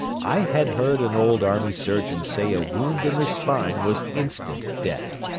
i had heard an old army surgeon say a wound in the spine was instant death.